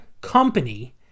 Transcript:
company